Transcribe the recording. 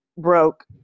broke